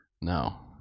No